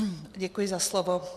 Děkuji za slovo.